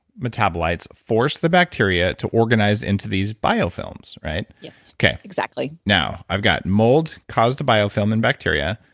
metabolites force the bacteria to organize into these biofilms right? yes, exactly now, i've got mold caused biofilm in bacteria.